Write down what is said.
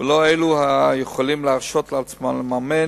ולא אלה היכולים להרשות לעצמם לממן